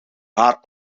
haar